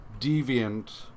deviant